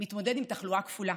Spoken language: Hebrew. מתמודד עם תחלואה כפולה: